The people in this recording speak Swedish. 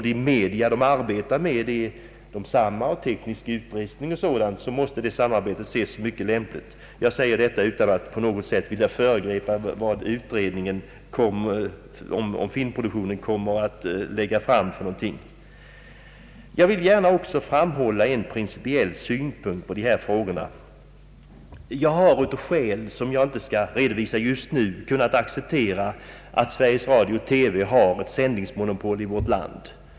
Det måste vara mycket lämpligt att ett sådant samarbete sker, eftersom man arbetar med samma media och samma tekniska utrustning m.m. Jag säger detta utan att på något sätt vilja föregripa det förslag som utredningen om filmproduktionen kommer att lägga fram. Jag vill också gärna framhålla en principiell synpunkt på dessa frågor. Jag har av skäl, som jag inte skall redovisa just nu, kunnat acceptera att Sveriges Radio-TV har ett sändningsmonopol i vårt land.